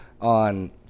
on